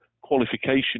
qualification